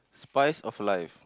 spice of life